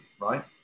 right